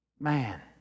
Man